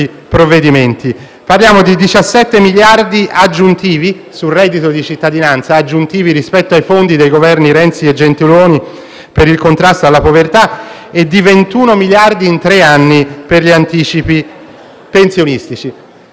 provvedimenti. Parliamo di 17 miliardi sul reddito di cittadinanza, aggiuntivi rispetto ai fondi dei Governi Renzi e Gentiloni Silveri per il contrasto alla povertà, e di 21 miliardi in tre anni per gli anticipi pensionistici.